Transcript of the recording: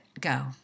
go